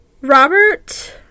Robert